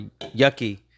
Yucky